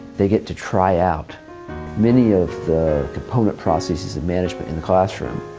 they get to try out many of the component processes of management in the classroom.